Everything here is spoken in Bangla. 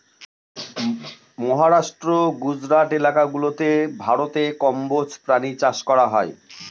মহারাষ্ট্র, গুজরাট এলাকা গুলাতে ভারতে কম্বোজ প্রাণী চাষ করা হয়